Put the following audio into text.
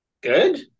Good